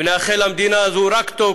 ונאחל למדינה הזו רק טוב,